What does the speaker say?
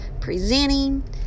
presenting